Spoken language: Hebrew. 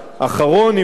עם כל הקשיים,